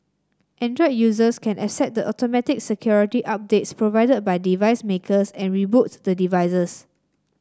android users can accept the automatic security updates provided by device makers and reboot the devices